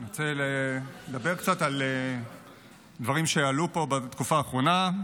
אני רוצה לדבר קצת על דברים שעלו פה בתקופה האחרונה.